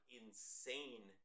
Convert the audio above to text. insane